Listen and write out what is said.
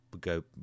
go